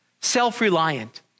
self-reliant